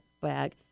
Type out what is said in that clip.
bag